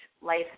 life